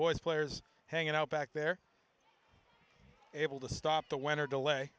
s players hanging out back there able to stop the winner delay